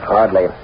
Hardly